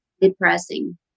depressing